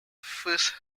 first